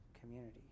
community